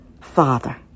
Father